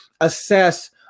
assess